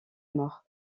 mort